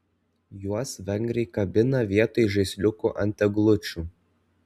juos vengrai kabina vietoj žaisliukų ant eglučių